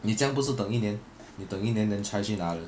你这样不是等一年你等一年 then 才去拿的